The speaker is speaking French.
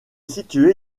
situé